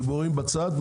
דיבורים בצד,